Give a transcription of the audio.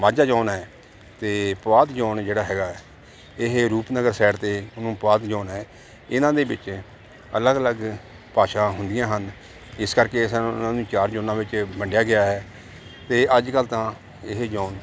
Majha zone ਹੈ ਅਤੇ Puadh zone ਜਿਹੜਾ ਹੈਗਾ ਇਹ ਰੂਪਨਗਰ ਸਾਈਡ 'ਤੇ ਉਹਨੂੰ ਪੁਆਧ ਜੌਨ ਹੈ ਇਹਨਾਂ ਦੇ ਵਿੱਚ ਅਲੱਗ ਅਲੱਗ ਭਾਸ਼ਾ ਹੁੰਦੀਆਂ ਹਨ ਇਸ ਕਰਕੇ ਅਸੀਂ ਉਹਨਾਂ ਨੂੰ ਚਾਰ ਜੌਨਾਂ ਵਿੱਚ ਵੰਡਿਆ ਗਿਆ ਹੈ ਅਤੇ ਅੱਜ ਕੱਲ੍ਹ ਤਾਂ ਇਹ ਜੌਨ